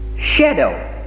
shadow